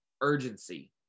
urgency